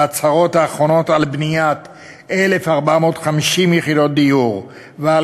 ההצהרות האחרונות על בניית 1,450 יחידות דיור ועל